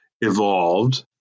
evolved